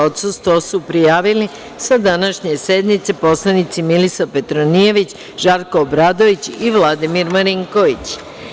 Odsustvo su prijavili sa današnje sednice poslanici: Milisav Petronijević, Žarko Obradović i Vladimir Marinković.